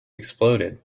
exploded